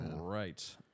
right